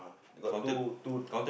got two two